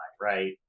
right